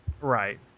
Right